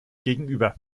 gegenüber